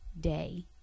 day